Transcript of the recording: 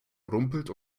rumpelt